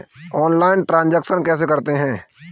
Online transaction कैसे करते हैं?